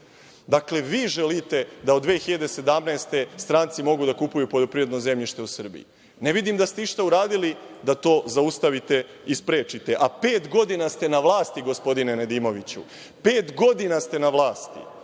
Dakle, vi želite da od 2017. godine stranci mogu da kupuju poljoprivredno zemljište u Srbiji. Ne vidim da ste išta uradili da to zaustavite i sprečite, a pet godina ste na vlasti, gospodine Nedimoviću. Pet godina ste na vlasti,